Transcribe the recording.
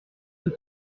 veut